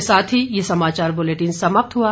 इसी के साथ ये समाचार बुलेटिन समाप्त हुआ